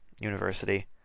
University